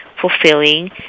fulfilling